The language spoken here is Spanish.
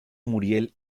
muriel